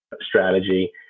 strategy